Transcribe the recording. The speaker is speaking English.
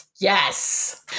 Yes